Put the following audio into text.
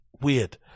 weird